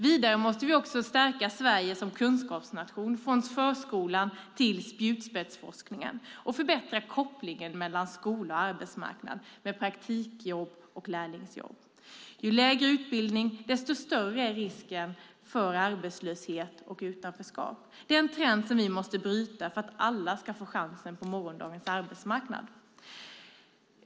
Vidare måste vi stärka Sverige som kunskapsnation - från förskolan till spjutspetsforskningen - och förbättra kopplingen mellan skola och arbetsmarknad med praktikplatser och lärlingsjobb. Ju lägre utbildning, desto större är risken för arbetslöshet och utanförskap. Det är en trend som vi måste bryta för att alla ska få chansen på morgondagens arbetsmarknad.